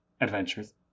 adventures